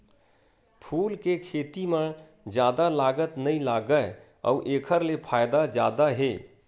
फूल के खेती म जादा लागत नइ लागय अउ एखर ले फायदा जादा हे